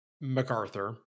MacArthur